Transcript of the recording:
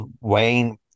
Wayne